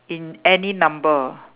in any number